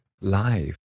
Life